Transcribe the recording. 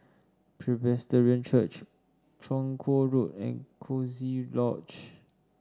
Presbyterian Church Chong Kuo Road and Coziee Lodge